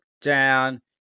down